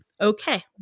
okay